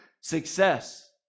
Success